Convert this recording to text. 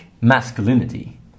masculinity